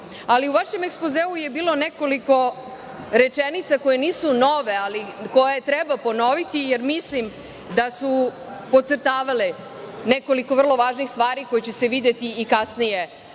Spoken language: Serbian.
boji.U vašem ekspozeu je bilo nekoliko rečenica koje nisu nove, ali koje treba ponoviti, jer mislim da su potcrtavale nekoliko vrlo važnih stvari koje će se videti i kasnije